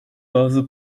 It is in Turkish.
bazı